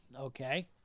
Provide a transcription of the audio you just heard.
Okay